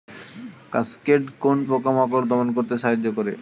Cascade কোন পোকা মাকড় দমন করতে সাহায্য করে?